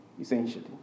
essentially